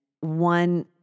One